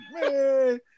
man